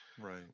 Right